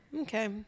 Okay